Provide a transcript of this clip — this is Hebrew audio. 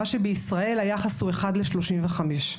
מה שבישראל היחס הוא 1 ל-35.